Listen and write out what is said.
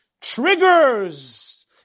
triggers